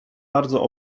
bardzo